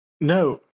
No